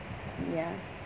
ya